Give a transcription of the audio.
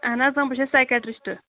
اَہَن حظ بہٕ چھَس سیکیٹرٛسٹہٕ